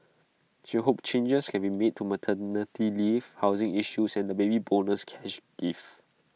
she hopes changes can be made to maternity leave housing issues and the Baby Bonus cash gift